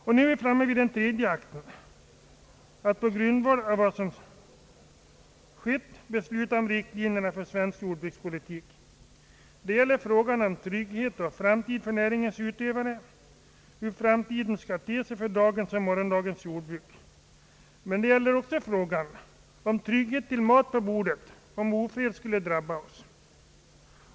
Och nu är vi framme vid tredje akten: att på grundval av vad som skett besluta om riktlinjerna för svensk jordbrukspolitik. Det gäller frågan om trygghet och framtid för näringens utövare, hur framtiden skall te sig för dagens och morgondagens jordbruk. Men det gäller också tryggheten till mat på bordet, om ofred skulle drabba oss.